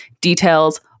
details